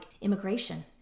immigration